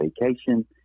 vacation